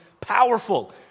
powerful